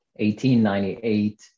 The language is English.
1898